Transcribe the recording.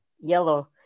yellow